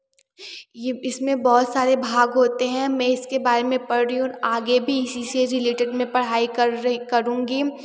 इसमें बहुत सारे भाग होते हैं मैं इसके बारे में पढ़ रही हूँ आगे भी इसी से रिलेटेट मैं पढाई करुँगी